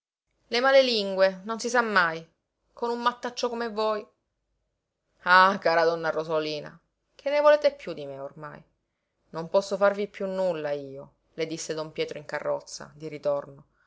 male lingue non si sa mai con un mattaccio come voi ah cara donna rosolina che ne volete piú di me ormai non posso farvi piú nulla io le disse don pietro in carrozza di ritorno